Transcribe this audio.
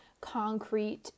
concrete